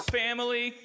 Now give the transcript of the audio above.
family